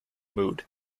mood